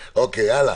אושרה.